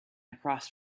across